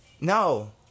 No